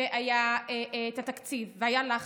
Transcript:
והיה עניין התקציב, והיה לחץ.